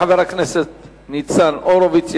תודה לחבר הכנסת ניצן הורוביץ.